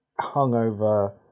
hungover